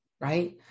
right